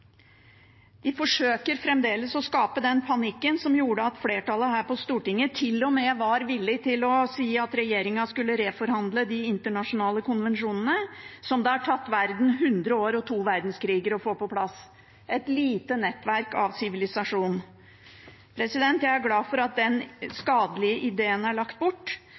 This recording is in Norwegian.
Den forsøker fremdeles å skape den panikken som gjorde at flertallet her på Stortinget til og med var villig til å si at regjeringen skulle reforhandle de internasjonale konvensjonene som det har tatt verden hundre år og to verdenskriger å få på plass, et lite nettverk av sivilisasjon. Jeg er glad for at den skadelige ideen er lagt bort,